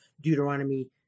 Deuteronomy